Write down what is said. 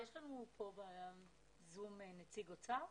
יש לנו בזום נציג משרד האוצר?